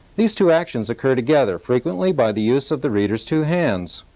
these two actions occur together, frequently by the use of the reader's two hands.